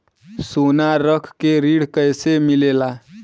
सोना रख के ऋण कैसे मिलेला?